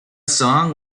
song